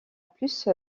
plus